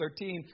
13